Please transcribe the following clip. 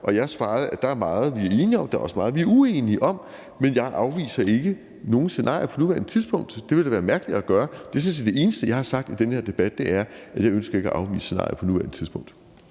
og jeg svarede, at der er meget, vi er enige om, men at der også er meget, vi er uenige om. Men jeg afviser ikke nogen scenarier på nuværende tidspunkt; det ville da være mærkeligt at gøre det. Det er sådan set det eneste, jeg har sagt i den her debat, nemlig at jeg ikke ønsker at afvise scenarier på nuværende tidspunkt.